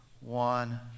one